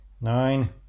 nine